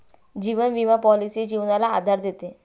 जीवन विमा पॉलिसी जीवनाला आधार देते